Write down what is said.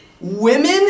women